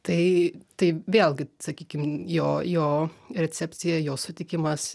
tai tai vėlgi sakykim jo jo recepcija jo sutikimas